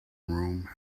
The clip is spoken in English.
room